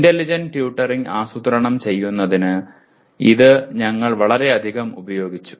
intelligent tutoring ആസൂത്രണം ചെയ്യുന്നതിന് ഇത് ഞങ്ങൾ വളരെയധികം ഉപയോഗിച്ചു